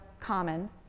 common